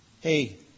Hey